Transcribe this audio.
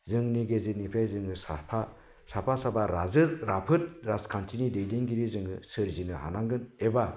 जोंनि गेजेरनिफ्राय जोङो साफा साफा राफोद राजखान्थिनि दैदेनगिरि जोङो सोरजिनो हानांगोन एबा